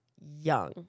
young